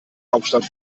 hauptstadt